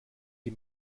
die